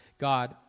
God